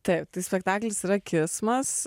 taip tai spektaklis yra kismas